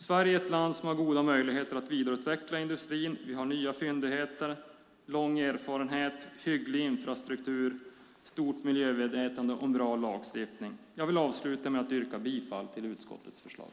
Sverige är ett land som har goda möjligheter att vidareutveckla industrin. Vi har nya fyndigheter, lång erfarenhet, hygglig infrastruktur, stort miljömedvetande och en bra lagstiftning. Jag vill avsluta med att yrka bifall till utskottets förslag.